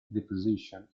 deposition